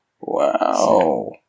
Wow